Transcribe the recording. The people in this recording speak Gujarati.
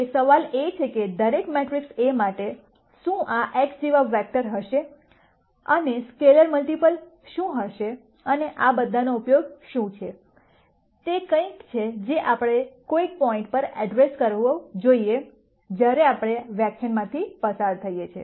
હવે સવાલ એ છે કે દરેક મેટ્રિક્સ A માટે શું આ x જેવા વેક્ટર હશે અને સ્કેલેર મલ્ટિપલ શું હશે અને આ બધાનો ઉપયોગ શું છે તે કંઈક છે જે આપણે કોઈક પોઇન્ટ પર એડ્રેસ કરવું જોઈએ જયારે આપણે વ્યાખ્યાન માંથી પાસ થઈએ છે